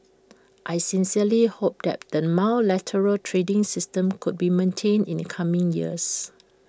I sincerely hope that the multilateral trading system could be maintained in the coming years